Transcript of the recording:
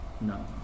No